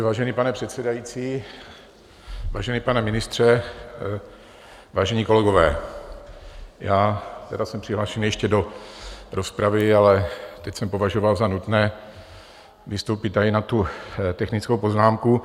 Vážený pane předsedající, vážený pane ministře, vážení kolegové, já jsem sice ještě přihlášen do rozpravy, ale teď jsem považoval za nutné vystoupit tady na technickou poznámku.